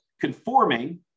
conforming